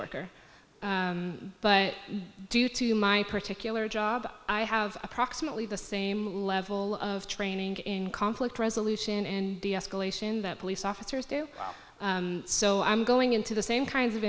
worker but due to my particular job i have approximately the same level of training in conflict resolution and deescalation that police officers do so i'm going into the same kinds of